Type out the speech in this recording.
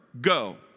go